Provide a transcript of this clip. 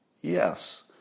Yes